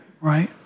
right